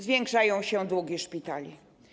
Zwiększają się długi szpitali.